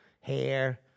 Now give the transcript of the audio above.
hair